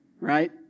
Right